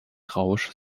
rausch